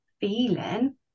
feeling